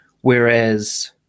Whereas